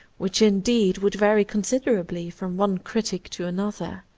which, indeed, would vary considerably from one critic to another.